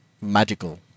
magical